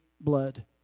blood